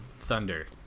Thunder